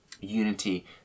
Unity